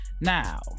Now